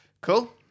Cool